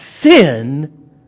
sin